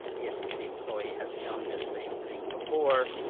if the employee has done the same thing before,